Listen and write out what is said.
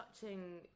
touching